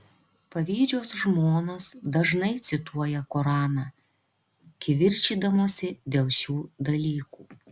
pavydžios žmonos dažnai cituoja koraną kivirčydamosi dėl šių dalykų